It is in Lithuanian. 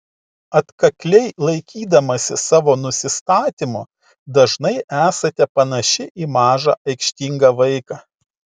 atkakliai laikydamasi savo nusistatymo dažnai esate panaši į mažą aikštingą vaiką